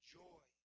joy